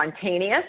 spontaneous